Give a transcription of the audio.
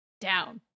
Down